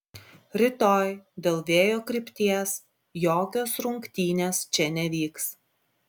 rytoj dėl vėjo krypties jokios rungtynės čia nevyks